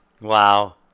Wow